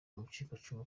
umucikacumu